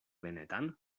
benetan